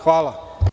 Hvala.